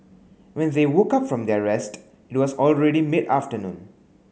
when they woke up from their rest it was already mid afternoon